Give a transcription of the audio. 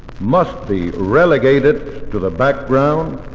must be relegated to the background